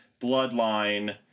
Bloodline